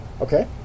Okay